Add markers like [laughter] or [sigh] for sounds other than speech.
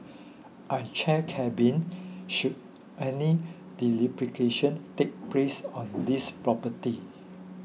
I chair carbine should any [unintelligible] take place on this property